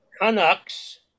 Canucks